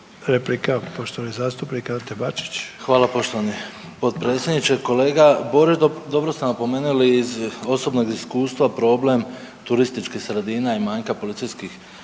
replika poštovani zastupnik Ante Bačić. **Bačić, Ante (HDZ)** Hvala poštovani potpredsjedniče. Kolega Borić, dobro ste napomenuli iz osobnog iskustva problem turističkih sredina i manjka policijskih